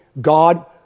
God